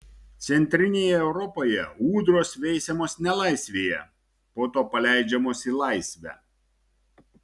centrinėje europoje ūdros veisiamos nelaisvėje po to paleidžiamos į laisvę